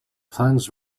plans